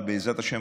אבל בעזרת השם,